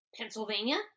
Pennsylvania